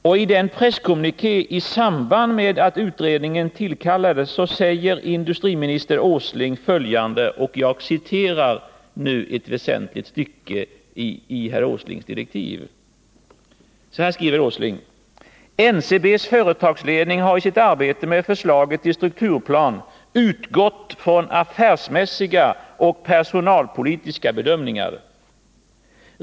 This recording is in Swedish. I sin presskommuniké i samband med att utredningen tillsattes sade industriminister Åsling följande: ”Nocb:s företagsledning har i sitt arbete med förslaget till strukturplan utgått från affärsmässiga och personalpolitiska bedömningar.